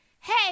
Hey